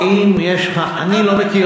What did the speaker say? אני בממשלה?